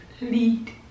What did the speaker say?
lead